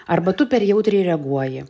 arba tu per jautriai reaguoji